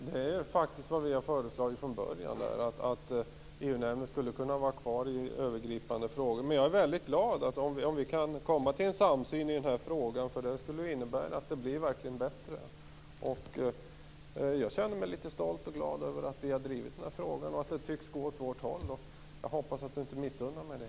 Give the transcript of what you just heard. Herr talman! Vi har faktiskt från början föreslagit att EU-nämnden skulle kunna vara kvar för övergripande frågor. Jag är väldigt glad om vi kan komma fram till en samsyn i den här frågan. Det skulle verkligen innebära en förbättring. Jag känner mig stolt och glad över att vi har drivit denna fråga och över att den tycks gå åt vårt håll. Jag hoppas att Catarina Rönnung inte missunnar mig det.